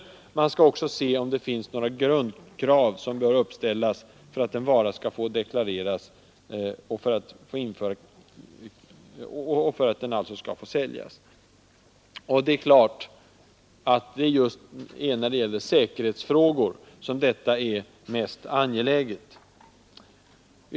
Utredningen skall också se om några grundkrav bör uppställas för att en vara skall få deklareras och alltså få säljas. Det är klart att detta är mest angeläget just när det gäller säkerhetsfrågor.